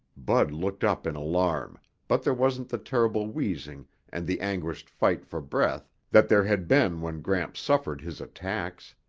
bud looked up in alarm, but there wasn't the terrible wheezing and the anguished fight for breath that there had been when gramps suffered his attacks.